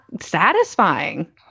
satisfying